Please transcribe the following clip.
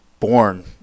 Born